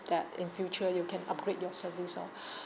that in future you can upgrade your service loh